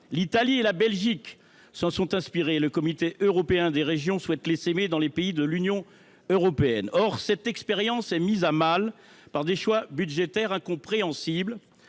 L’Italie et la Belgique s’en sont inspirées, et le Comité européen des régions souhaite l’essaimer dans les pays de l’Union européenne. Or cette expérience est mise à mal par des choix budgétaires incompréhensibles.